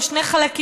או שני חלקים.